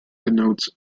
denotes